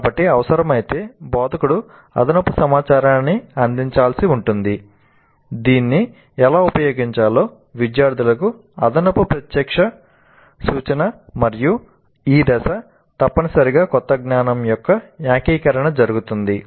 కాబట్టి అవసరమైతే బోధకుడు అదనపు సమాచారాన్ని అందించాల్సి ఉంటుంది దీన్ని ఎలా ఉపయోగించాలో విద్యార్థులకు అదనపు ప్రత్యక్ష సూచన మరియు ఈ దశ తప్పనిసరిగా కొత్త జ్ఞానం యొక్క ఏకీకరణ జరుగుతుంది